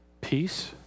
Peace